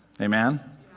Amen